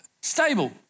stable